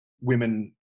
women